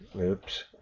oops